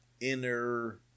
inner